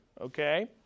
okay